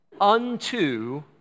unto